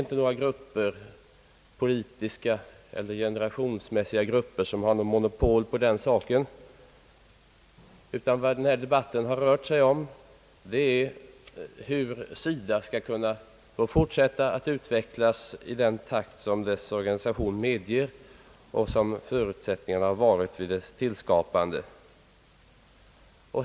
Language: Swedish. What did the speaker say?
Inga politiska eller generationsmässiga grupper har monopol på denna sak. Vad denna debatt har rört sig om är hur SIDA skall kunna utvecklas i den takt som dess organisation medger och som var förutsättningen vid dess tillskapande.